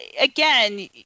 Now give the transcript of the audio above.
again